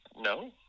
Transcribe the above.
no